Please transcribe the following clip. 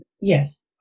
Yes